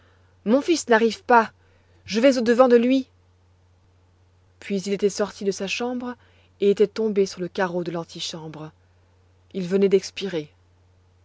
mon fils n'arrive pas je vais au-devant de lui puis il était sorti de sa chambre et était tombé sur le carreau de l'antichambre il venait d'expirer